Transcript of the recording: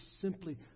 simply